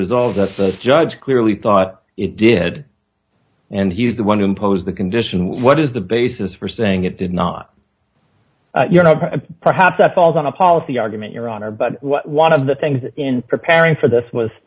resolve the judge clearly thought it did and he's the one who imposed the condition what is the basis for saying it did not you know perhaps that falls on a policy argument your honor but one of the things in preparing for this was